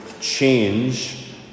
change